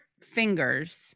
fingers